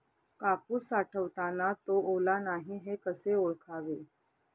कापूस साठवताना तो ओला नाही हे कसे ओळखावे?